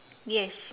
yes